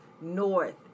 North